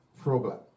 pro-black